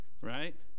Right